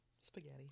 Spaghetti